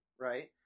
right